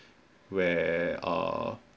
where err